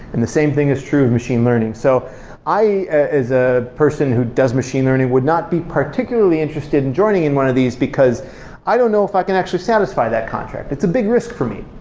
and the same thing is true of machine learning. so i as a person who does machine learning would not be particularly interested in joining in one of these, because i don't know if i can actually satisfy that contract. it's a big risk for me,